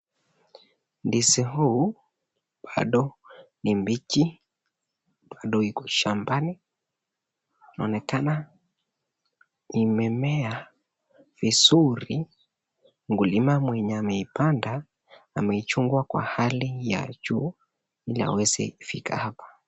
Ndizi huu bado ni mbichi, bado iko shambani, inaonekana imemea vizuri, mkulima mwenye ameipanda ameichunga kwa hali ya juu ili iweze kufika hapa.